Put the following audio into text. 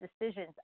decisions